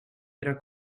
era